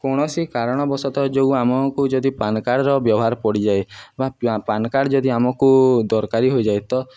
କୌଣସି କାରଣବଶତଃ ଯୋଗୁଁ ଆମକୁ ଯଦି ପାନ୍ କାର୍ଡ଼ର ବ୍ୟବହାର ପଡ଼ିଯାଏ ବା ପାନ୍ କାର୍ଡ଼ ଯଦି ଆମକୁ ଦରକାରୀ ହୋଇଯାଏ ତ